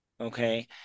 okay